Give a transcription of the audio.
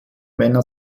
männer